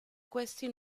questi